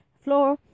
floor